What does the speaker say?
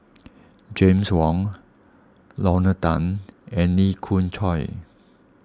James Wong Lorna Tan and Lee Khoon Choy